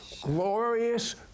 glorious